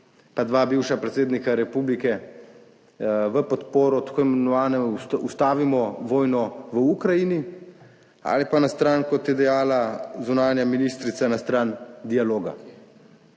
pa dva bivša predsednika republike v podporo tako imenovano, ustavimo vojno v Ukrajini, ali pa na stran kot je dejala zunanja ministrica, na stran dialoga.